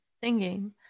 singing